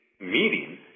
meeting